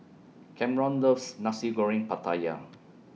Camron loves Nasi Goreng Pattaya